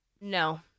No